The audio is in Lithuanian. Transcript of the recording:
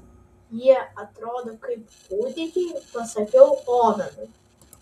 jie atrodo kaip kūdikiai pasakiau ovenui